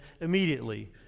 immediately